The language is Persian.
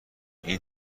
این